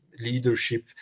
leadership